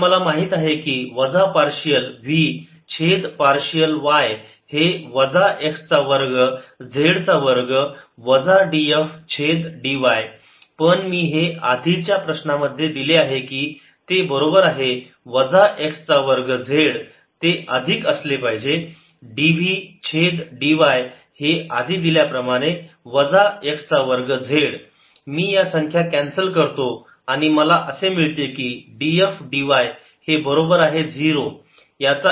आता मला माहित आहे की वजा पार्शियल v छेद पार्शियल y हे वजा x चा वर्ग z चा वर्ग वजा df छेद dy पण मी हे आधीच प्रश्नामध्ये दिले आहे की ते बरोबर आहे वजा x चा वर्ग z ते अधिक असले पाहिजे dv छेद dy हे आधी दिल्याप्रमाणे वजा x चा वर्ग z मी या संख्या कॅन्सल करतो आणि मला असे मिळते की df dy हे बरोबर आहे 0